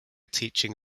teaching